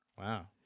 Wow